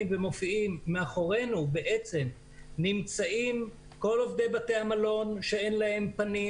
ומופיעים מאחורינו בעצם נמצאים כל עובדי בתי המלון שאין להם פנים